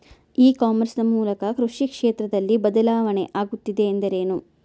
E commerce ನ ಮೂಲಕ ಕೃಷಿ ಕ್ಷೇತ್ರದಲ್ಲಿ ಬದಲಾವಣೆ ಆಗುತ್ತಿದೆ ಎಂದರೆ ಏನು?